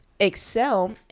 excel